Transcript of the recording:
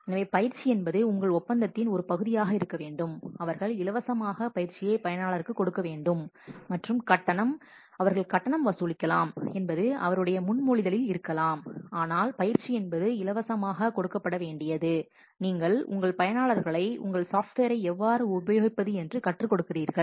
எனவே பயிற்சி என்பது உங்கள் ஒப்பந்தத்தின் ஒரு பகுதியாக இருக்க வேண்டும் அவர்கள் இலவசமாக பயிற்சியை பயனாளர்களுக்கு கொடுக்க வேண்டும் மற்றும் கட்டணம் அவர்கள் கட்டணம் வசூலிக்கலாம் என்பது அவருடைய முன்மொழிதலில் இருக்கலாம் ஆனால் பயிற்சி என்பது இலவசமாக கொடுக்கப்பட வேண்டியது நீங்கள் உங்கள் பயனாளர்களை உங்கள் சாஃப்ட்வேரை எவ்வாறு உபயோகிப்பது என்று கற்றுக் கொடுக்கிறீர்கள்